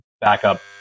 backup